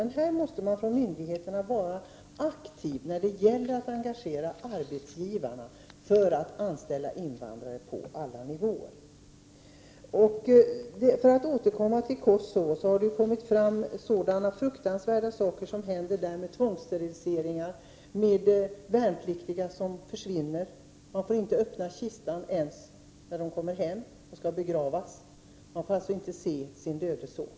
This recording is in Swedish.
Myndigheterna måste alltså vara aktiva när det gäller att engagera arbetsgivarna för att anställa invandrare på alla nivåer. För att återkomma till Kosovo vill jag säga att det har framkommit att det händer fruktansvärda saker där, som att människor tvångssteriliseras och att värnpliktiga försvinner. Kistorna får inte öppnas ens när de döda kommer hem för begravning — föräldrarna får inte se sin döde son.